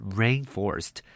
rainforest